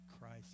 Christ